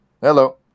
Hello